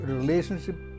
relationship